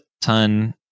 ton